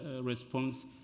response